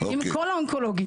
עם כל האונקולוגית.